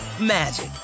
magic